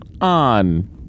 On